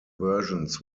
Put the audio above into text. versions